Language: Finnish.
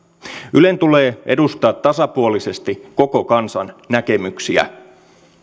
ylen tulee edustaa tasapuolisesti koko kansan näkemyksiä